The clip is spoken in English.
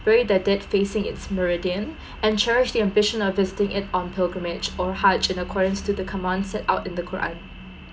bury their death facing its meridian and chariest the ambition of visiting it on pilgrimage or hajj in accordance to the commands set out in the quran